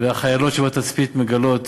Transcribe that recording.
והחיילות שבתצפית מגלות